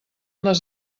les